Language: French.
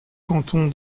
canton